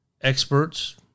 experts